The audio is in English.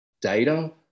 data